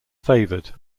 favored